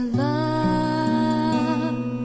love